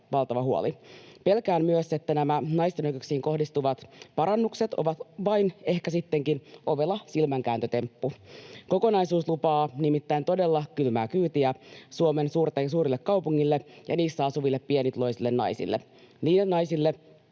valtava huoli. Pelkään myös, että nämä naisten oikeuksiin kohdistuvat parannukset ovat ehkä sittenkin vain ovela silmänkääntötemppu. Kokonaisuus lupaa nimittäin todella kylmää kyytiä Suomen suurille kaupungille ja niissä asuville pienituloisille naisille, niille naisille,